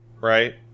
right